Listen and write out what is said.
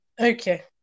okay